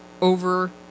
over